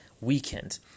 weekend